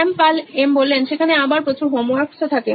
শ্যাম সেখানে আবার প্রচুর হোমওয়ার্কস্ ও থাকে